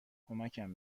کمکم